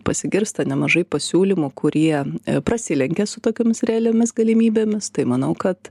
pasigirsta nemažai pasiūlymų kurie prasilenkia su tokiomis realiomis galimybėmis tai manau kad